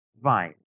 vine